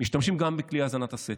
משתמשים גם בכלי האזנת הסתר.